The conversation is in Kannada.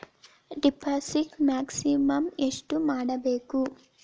ಡಿಪಾಸಿಟ್ ಮ್ಯಾಕ್ಸಿಮಮ್ ಎಷ್ಟು ಮಾಡಬೇಕು?